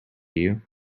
you